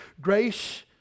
Grace